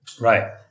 Right